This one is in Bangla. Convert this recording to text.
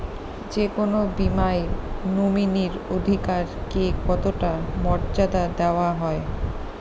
যে কোনো বীমায় নমিনীর অধিকার কে কতটা মর্যাদা দেওয়া হয়?